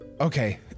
Okay